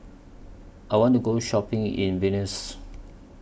I want to Go Shopping in Vilnius